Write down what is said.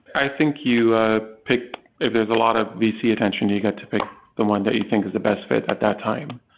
i think you ah picked if there's a lot of vc attention, you you got to pick the one that you think is the best fit at that time.